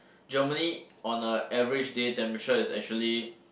Germany on a average day temperature is actually